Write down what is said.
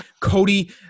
Cody